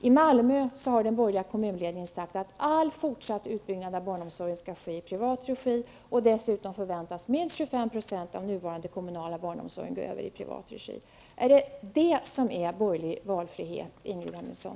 I Malmö har den borgerliga kommunledningen sagt att all fortsatt utbyggnad av barnomsorgen skall ske i privat regi, och dessutom förväntas minst 25 % av nuvarande kommunala barnomsorg gå över i privat regi. Är det detta som är borgerlig valfrihet, Ingrid Hemmingsson?